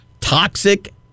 toxic